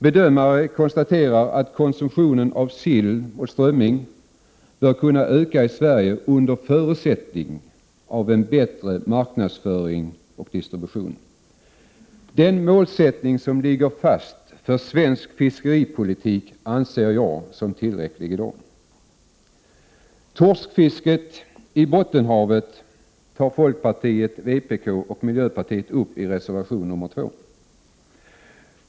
Bedömare konstaterar att konsumtionen av sill och strömming bör kunna öka i Sverige under förutsättning av en bättre marknadsföring och distribution. Den målsättning som ligger fast för svensk fiskeripolitik anser jag som tillräcklig i dag. Torskfisket i Bottenhavet tar fp, vpk och mp upp i reservation nr 2.